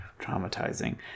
Traumatizing